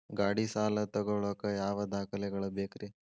ಗಾಡಿ ಸಾಲ ತಗೋಳಾಕ ಯಾವ ದಾಖಲೆಗಳ ಬೇಕ್ರಿ?